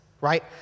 right